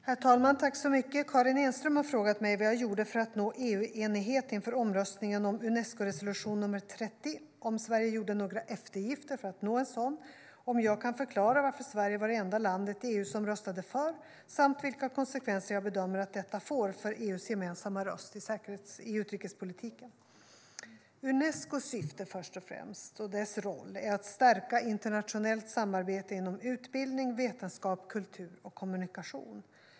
Herr talman! Karin Enström har frågat mig vad jag gjorde för att nå EU-enighet inför omröstningen om Unescoresolution nr 30, om Sverige gjorde några eftergifter för att nå en sådan, om jag kan förklara varför Sverige var det enda land i EU som röstade för samt vilka konsekvenser jag bedömer att detta får för EU:s gemensamma röst i utrikespolitiken. Unescos syfte, först och främst, och dess roll är att stärka internationellt samarbete inom utbildning, vetenskap, kultur och kommunikation.